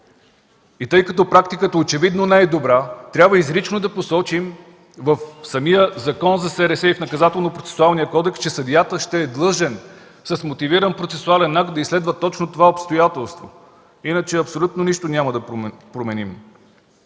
И тъй като практиката очевидно не е добра, трябва изрично да посочим в самия Закон за СРС и в Наказателно-процесуалния кодекс, че съдията ще е длъжен с мотивиран процесуален акт да изследва точно това обстоятелство, иначе абсолютно нищо няма да променим.